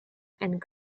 and